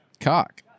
cock